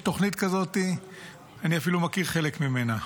יש תוכנית כזו, אני אפילו מכיר חלק ממנה.